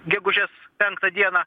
gegužės penktą dieną